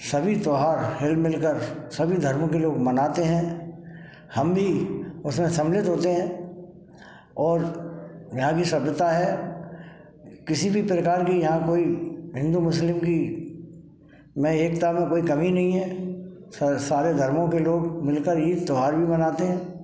सभी त्योहार हिल मिल कर सभी धर्मों के लोग मनाते हैं हम भी उसमें सम्मिलित होते हैं और यहाँ की सभ्यता है किसी भी प्रकार की यहाँ कोई हिंदू मुस्लिम की में एकता में कोई कमी नहीं है सारे धर्मों के लोग मिलकर ही त्योहार भी मनाते हैं